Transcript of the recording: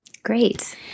Great